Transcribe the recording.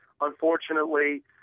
Unfortunately